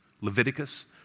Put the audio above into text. Leviticus